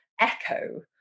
echo